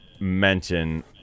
mention